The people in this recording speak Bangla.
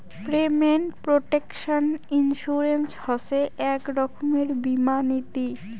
পেমেন্ট প্রটেকশন ইন্সুরেন্স হসে এক রকমের বীমা নীতি